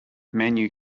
menu